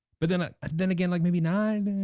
but then ah then again, like maybe no.